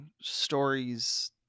stories